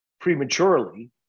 prematurely